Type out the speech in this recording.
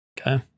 Okay